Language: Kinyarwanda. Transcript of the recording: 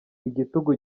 igitugu